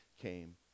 came